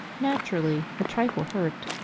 naturally, a trifle hurt.